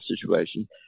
situation